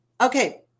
okay